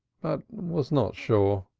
but was not sure.